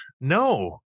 No